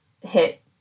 hit